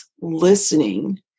listening